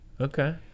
okay